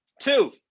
Two